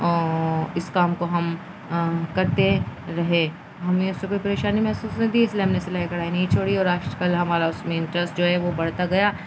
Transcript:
اس کام کو ہم کرتے رہے ہمیں یہ سب کو پریشانی محسوس نہیںتی اس لیے ہم نے صلائی کڑھائی نہیں چھڑی اور آج کل ہمارا اس میں انٹرسٹ جو ہے وہ بڑھتا گیا